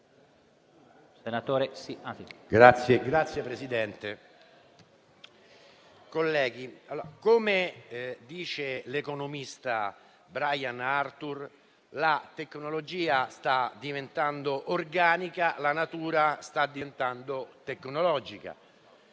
Signor Presidente, colleghi, come dice l'economista Brian Arthur, la tecnologia sta diventando organica e la natura sta diventando tecnologica.